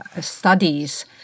studies